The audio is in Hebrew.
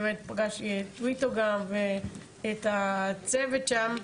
ובאמת פגשתי את ניסים טוויטו ואת הצוות שם.